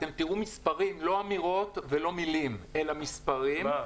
אתם תראו לא אמירות ולא מילים אלא מספרים --- מה,